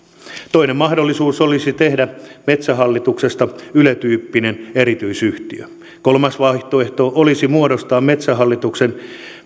toinen mahdollisuus olisi tehdä metsähallituksesta yle tyyppinen erityisyhtiö kolmas vaihtoehto olisi muodostaa metsähallituksen